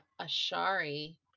Ashari